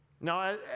Now